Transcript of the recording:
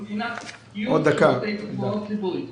מבחינת קיום שירותי תחבורה ציבורית.